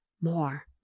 more